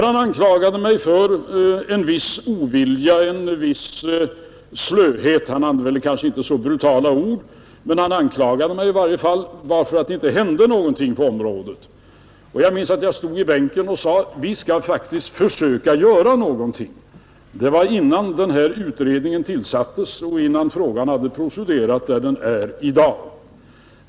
Han anklagade mig för en viss ovilja, en viss slöhet — han använde kanske inte så brutala ord, men han anklagade mig i varje fall för att det inte hänt något på området. Jag minns att jag stod i bänken och sade: Vi skall faktiskt försöka göra någonting tillsammans, Det var innan denna utredning tillsattes och innan frågan hade framskridit dit den är i dag.